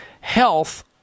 health